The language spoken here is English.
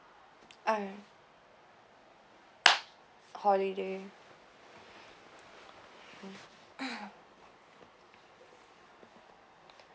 alright holiday